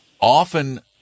often